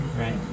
right